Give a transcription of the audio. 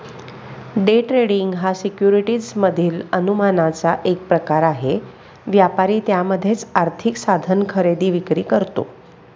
day trading हा securities मधील अनुमानाचा एक प्रकार आहे, व्यापारी त्यामध्येच आर्थिक साधन खरेदी विक्री करतो